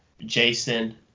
Jason